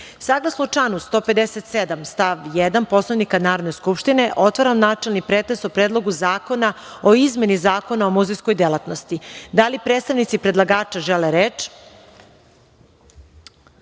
članu 157. stav 1. Poslovnika Narodne skupštine, otvaram načelni pretres o Predlogu zakona o izmeni Zakona o muzejskoj delatnosti. Da li predstavnici predlagača žele reč? Za